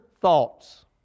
thoughts